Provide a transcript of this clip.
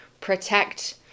protect